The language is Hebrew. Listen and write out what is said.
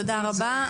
תודה רבה,